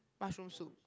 mushroom soup